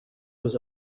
was